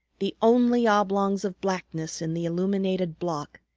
the only oblongs of blackness in the illuminated block,